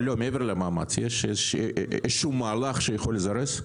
מעבר למאמץ; יש איזה שהוא מהלך שיכול לזרז?